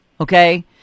okay